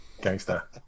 Gangster